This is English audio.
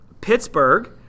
Pittsburgh